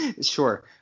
sure